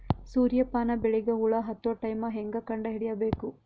ಸೂರ್ಯ ಪಾನ ಬೆಳಿಗ ಹುಳ ಹತ್ತೊ ಟೈಮ ಹೇಂಗ ಕಂಡ ಹಿಡಿಯಬೇಕು?